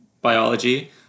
Biology